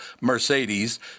Mercedes